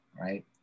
right